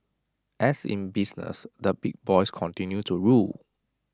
as in business the big boys continue to rule